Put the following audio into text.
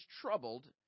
troubled